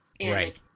right